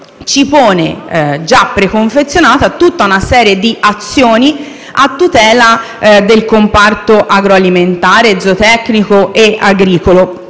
ci pone già preconfezionata tutta una serie di azioni a tutela del comparto agroalimentare, zootecnico e agricolo.